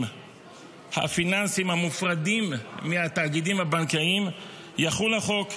הפיננסיים המופרדים מהתאגידים הבנקאיים יחול החוק.